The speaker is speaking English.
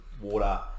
water